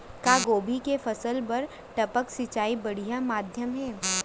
का गोभी के फसल बर टपक सिंचाई बढ़िया माधयम हे?